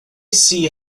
see